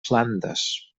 flandes